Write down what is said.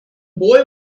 boy